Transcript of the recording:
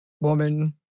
woman